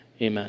Amen